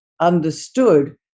understood